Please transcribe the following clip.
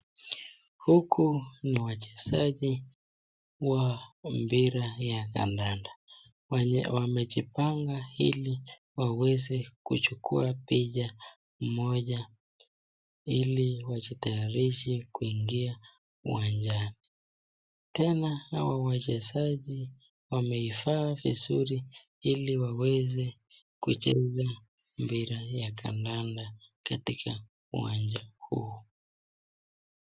Huku ni wachezaji wa mpira ya kandanda wenye wamejipanga ili waweze kuchukua picha moja ili wajitayarishe kuingia uwanjani. Tena hawa wachezaji wamevaa vizuri ili waweze kucheza mpira wa kandanda katika uwanja huu.